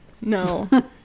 no